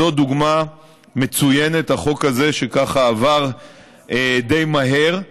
זאת דוגמה מצוינת, החוק הזה, שככה עבר די מהר,